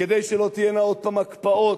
כדי שלא תהיינה עוד הפעם הקפאות,